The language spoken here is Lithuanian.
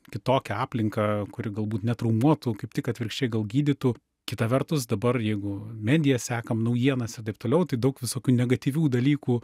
kitokią aplinką kuri galbūt netraumuotų kaip tik atvirkščiai gal gydytų kita vertus dabar jeigu mediją sekam naujienas ir taip toliau tai daug visokių negatyvių dalykų